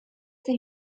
sich